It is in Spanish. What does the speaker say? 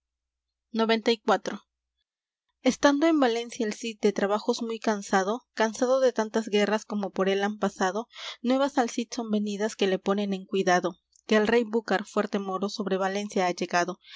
xciv estando en valencia el cid de trabajos muy cansado cansado de tantas guerras como por él han pasado nuevas al cid son venidas que le ponen en cuidado que el rey búcar fuerte moro sobre valencia ha llegado